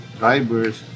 drivers